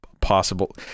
possible